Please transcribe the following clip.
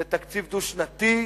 זה תקציב דו-שנתי.